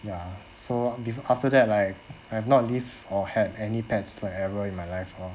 ya so bef~ after that like I have not lived or had any pets like ever in my life lor